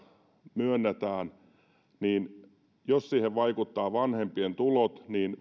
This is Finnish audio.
myönnetään ja jos siihen vaikuttavat vanhempien tulot niin